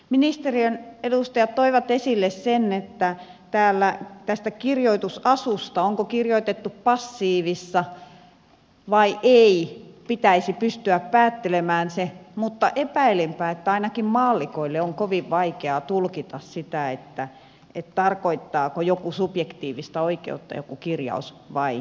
ministeriön edustajat toivat esille sen että tästä kirjoitusasusta onko kirjoitettu passiivissa vai ei pitäisi pystyä se päättelemään mutta epäilenpä että ainakin maallikolle on kovin vaikeaa tulkita sitä tarkoittaako joku kirjaus subjektiivista oikeutta vai ei